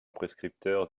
prescripteurs